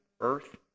earth